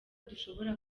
dushobora